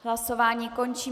Hlasování končím.